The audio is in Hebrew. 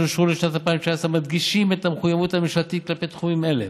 שאושרו לשנת 2019 מדגישות את המחויבות הממשלתית כלפי תחומים אלה: